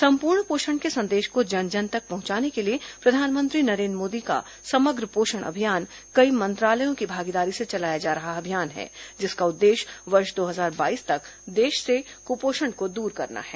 सम्पूर्ण पोषण के संदेश को जन जन तक पहुंचाने के लिए प्रधानमंत्री नरेन्द्र मोदी का समग्र पोषण अभियान कई मंत्रालयों की भागीदारी से चलाया जा रहा अभियान है जिसका उद्देश्य वर्ष दो हजार बाईस तक देश से क्पोषण को दूर करना है